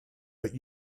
but